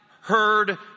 heard